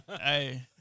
Hey